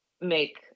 make